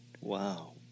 Wow